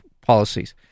policies